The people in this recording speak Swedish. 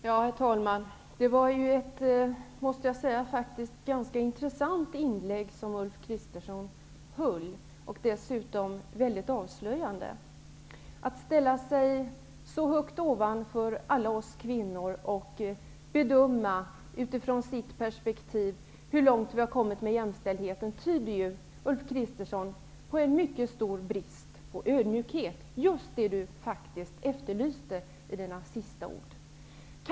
Herr talman! Det var ju ett måste jag säga faktiskt ganska intressant inlägg Ulf Kristersson höll, och dessutom väldigt avslöjande. Att ställa sig så högt ovanför alla oss kvinnor och bedöma utifrån sitt perspektiv hur långt vi har kommit med jämställdheten tyder ju, Ulf Kristersson, på en mycket stor brist på ödmjukhet -- just det Ulf Kristersson faktiskt efterlyste i sina sista ord.